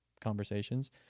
conversations